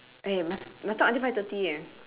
okay must must talk until five thirty